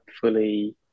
fully